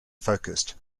focused